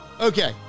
Okay